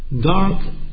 dark